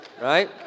right